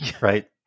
Right